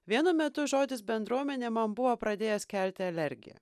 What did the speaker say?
vienu metu žodis bendruomenė man buvo pradėjęs kelti alergiją